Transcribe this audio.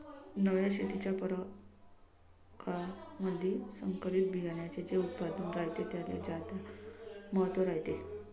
नव्या शेतीच्या परकारामंधी संकरित बियान्याचे जे उत्पादन रायते त्याले ज्यादा महत्त्व रायते